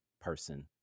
person